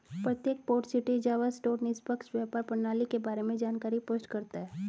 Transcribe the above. प्रत्येक port city Java store निष्पक्ष व्यापार प्रणाली के बारे में जानकारी पोस्ट करता है